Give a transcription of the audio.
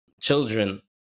children